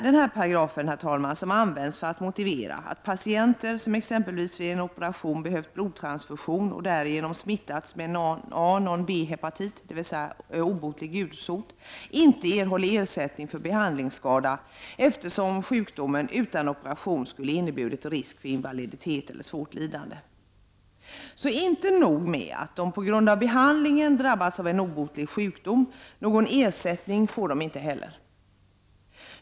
Den här paragrafen, herr talman, används för att motivera att patienter som exempelvis vid en operation behövt blodtransfusion och därigenom smittats med non A non B-hepatit, dvs. gulsot, inte erhåller ersättning för behandlingsskada, eftersom sjukdomen utan operation skulle ha inneburit risk för invaliditet eller svårt lidande. Så inte nog med att de på grund av behandlingen drabbats av en obotlig sjukdom, någon ersättning får de inte heller.